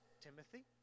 Timothy